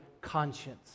conscience